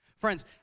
friends